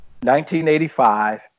1985